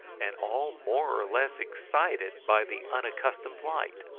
and all more or less excited by the unaccustomed light.